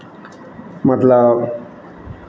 मतलब